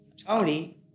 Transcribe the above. Tony